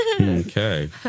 Okay